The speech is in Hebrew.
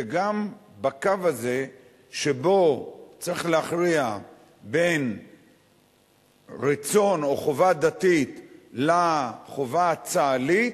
וגם בקו הזה שבו צריך להכריע בין רצון או חובה דתית לחובה הצה"לית,